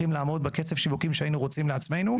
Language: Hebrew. לעמוד בקצב השיווקי שהיינו רוצים לעצמנו.